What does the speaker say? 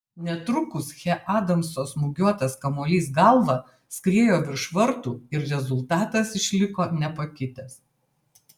netrukus che adamso smūgiuotas kamuolys galva skriejo virš vartų ir rezultatas išliko nepakitęs